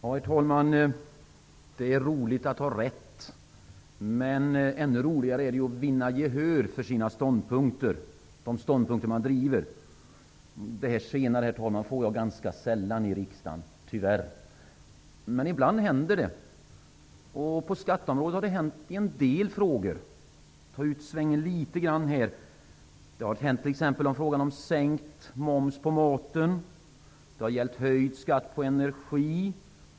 Herr talman! Det är roligt att ha rätt, men det är ännu roligare att vinna gehör för sina ståndpunkter. Det senare händer mig tyvärr ganska sällan i riksdagen, herr talman. Ibland händer det dock. På skatteområdet har det hänt i en del frågor. Jag tar ut svängen litet grand här. Det har hänt t.ex. i frågan om sänkt moms på mat. Det har gällt höjd skatt på energi.